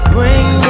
Bring